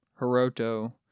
Hiroto